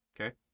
Okay